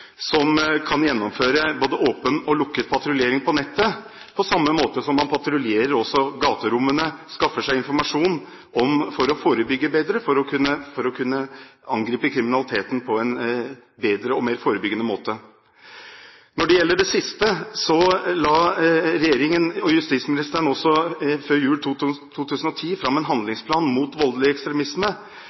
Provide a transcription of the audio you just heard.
som kan gjennomføre både åpen og lukket patruljering på nettet, på samme måte som man patruljerer gaterommene og skaffer seg informasjon for å forebygge bedre, for å kunne angripe kriminaliteten på en bedre og mer forebyggende måte. Når det gjelder det siste, la regjeringen og justisministeren før jul 2010 fram en handlingsplan mot voldelig ekstremisme